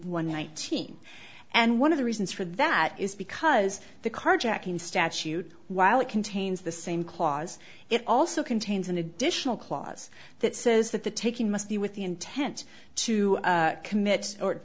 one nineteen and one of the reasons for that is because the carjacking statute while it contains the same clause it also contains an additional clause that says that the taking must be with the intent to commit or